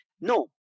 No